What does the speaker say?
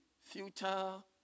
future